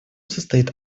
состоит